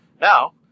Now